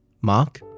Mark